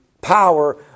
power